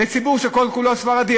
לציבור שכל-כולו ספרדי.